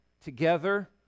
together